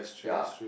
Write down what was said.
ya